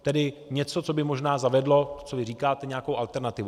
Tedy něco, co by možná zavedlo, co vy říkáte, nějakou alternativu.